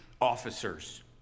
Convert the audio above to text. officers